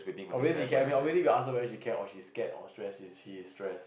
obvious I ask her whether she care or she scared or stress is she is stress